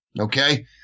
Okay